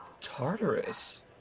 Tartarus